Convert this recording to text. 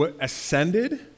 ascended